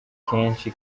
kenshi